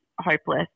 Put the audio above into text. hopeless